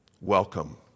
welcome